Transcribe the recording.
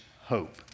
hope